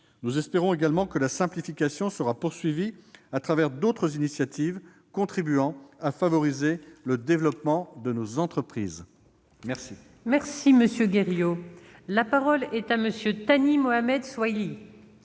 Nous espérons également que la simplification sera poursuivie par le biais d'autres initiatives contribuant à favoriser le développement de nos entreprises. La parole est à M. Thani Mohamed Soilihi.